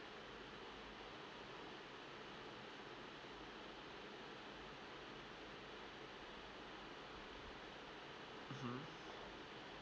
mm